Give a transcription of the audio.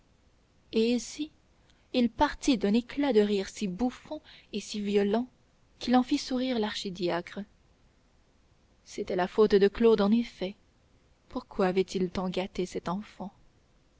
et ici il partit d'un éclat de rire si bouffon et si violent qu'il en fit sourire l'archidiacre c'était la faute de claude en effet pourquoi avait-il tant gâté cet enfant